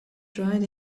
dried